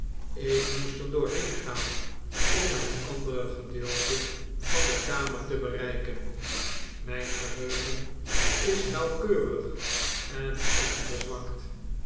ik moest er doorheen gaan om het andere gedeelte van de kamer te bereiken mfln geheugen is nauwkeurig en